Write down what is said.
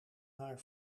haar